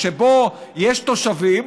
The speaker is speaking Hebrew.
שיש תושבים